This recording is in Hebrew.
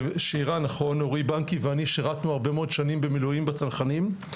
אורי ואני שירתנו הרבה מאוד שנים במילואים בצנחנים,